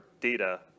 data